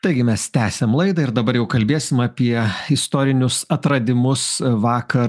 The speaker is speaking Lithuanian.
taigi mes tęsiam laidą ir dabar jau kalbėsim apie istorinius atradimus vakar